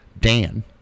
Dan